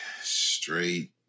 straight